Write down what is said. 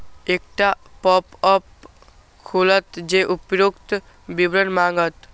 एकटा पॉपअप खुलत जे उपर्युक्त विवरण मांगत